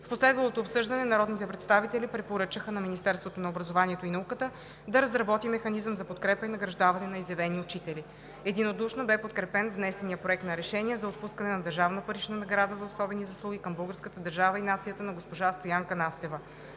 В последвалото обсъждане народните представители препоръчаха на Министерството на образованието и науката да разработи механизъм за подкрепа и награждаване на изявени учители. Единодушно бе подкрепен внесеният Проект на решение за отпускане на държавна парична награда за особени заслуги към българската държава и нацията на госпожа Стоянка Настева.